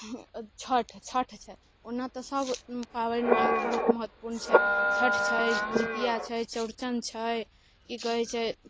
छठि छठि छै ओना तऽ सब पाबनि बहुत महत्वपूर्ण छै छठि छै जीतिआ छै चौरचन छै की कहैत छै